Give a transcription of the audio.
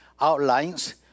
outlines